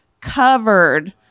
covered